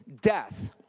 death